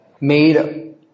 made